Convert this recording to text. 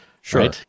Sure